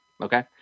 Okay